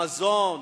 המזון,